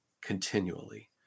continually